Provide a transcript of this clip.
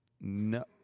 no